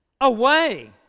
away